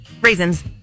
raisins